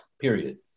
period